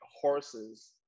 horses